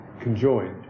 conjoined